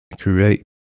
create